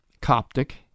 Coptic